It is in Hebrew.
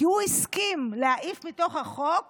כי הוא הסכים להעיף מתוך החוק